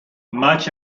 much